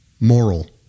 Moral